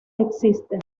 existe